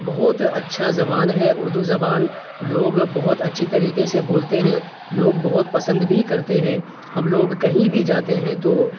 بہت اچھا زبان ہے اردو زبان لوگ بہت اچھی طریقے سے بولتے ہیں لوگ بہت پسند بھی کرتے ہیں ہم لوگ کہیں بھی جاتے ہیں تو